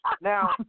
Now